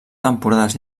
temporades